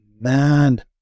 Man